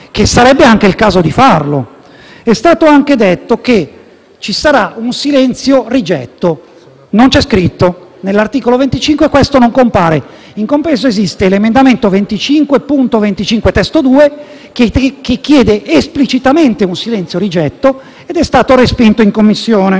e sarebbe anche il caso di farlo. È stato anche detto che ci sarà il silenzio-rigetto, ma non c’è scritto, nell’articolo 25 non compare. In compenso, esiste l’emendamento 25.25 (testo 2) che chiede esplicitamente il silenzio-rigetto ed è stato respinto in Commissione.